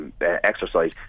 exercise